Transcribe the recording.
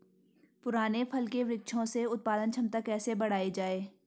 पुराने फल के वृक्षों से उत्पादन क्षमता कैसे बढ़ायी जाए?